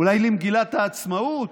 אולי למגילת העצמאות?